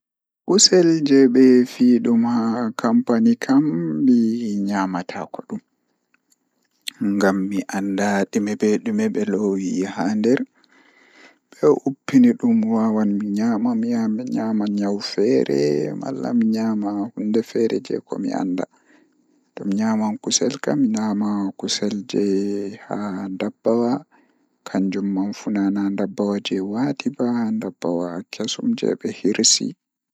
Kono njeyaaji waɗi ina ngari e labbu waɗugo soogoo jeema, miɗo faami ko ɗum ngam laawol heɓugo baafal ɗuɗɗum waɗano jeemol janngo. Himo waɗa waɗude neɗɗo faalooji tun, waɗude jeemol moƴƴi e aduna hannde tefnataa mbeewa nootaande. Miɗo waɗa aɗaɓɓe ko ina faaɗa tefnude ngal jeemol so wonaa kadi heɓugo firteeji moƴƴi e ndiyam.